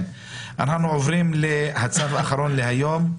בית דגן אנחנו עוברים לנושא האחרון היום: